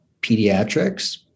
pediatrics